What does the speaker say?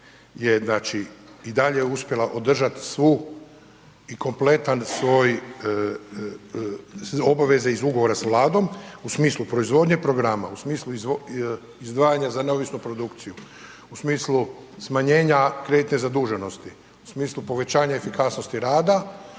je i dalje uspjela održati svu i kompletne svoje obveze iz ugovora s Vladom u smislu proizvodnje programa u smislu izdvajanja za neovisnu produkciju, u smislu smanjenja kreditne zaduženosti, u smislu povećanja efikasnosti rada